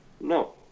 No